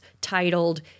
titled